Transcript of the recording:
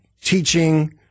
teaching